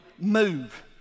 move